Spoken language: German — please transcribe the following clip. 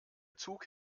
zug